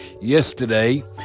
yesterday